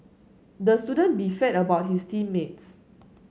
the student beefed about his team mates